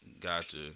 Gotcha